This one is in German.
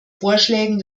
vorschlägen